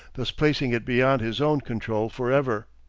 thus placing it beyond his own control forever.